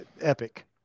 epic